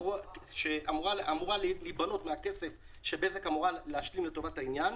שאמורה להיבנות מהכסף שבזק אמורה להשלים לטובת העניין,